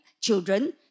children